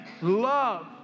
love